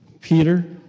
Peter